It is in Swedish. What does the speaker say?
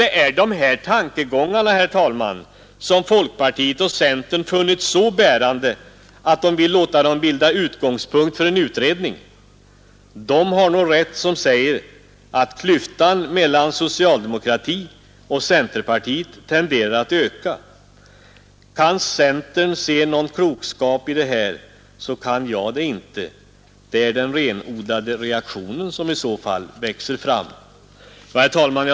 Det är dessa tankegångar som folkpartiet och centern har funnit så bärande att de vill låta dem bilda utgångspunkt för en utredning. De har säkert rätt, som säger att klyftan mellan socialdemokratin och centerpartiet tenderar att öka. Kan centern se någon klokhet i detta, så kan då inte jag göra det. I så fall är det den renodlade reaktionen som växer fram. Herr talman!